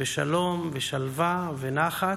ושלום ושלווה ונחת,